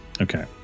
Okay